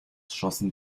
schossen